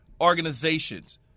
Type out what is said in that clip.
organizations